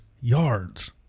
yards